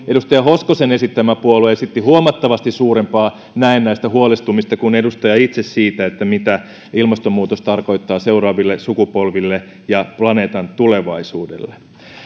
edustaja hoskosen esittämä puolue esitti huomattavasti suurempaa näennäistä huolestumista kuin edustaja itse siitä mitä ilmastonmuutos tarkoittaa seuraaville sukupolville ja planeetan tulevaisuudelle